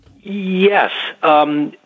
Yes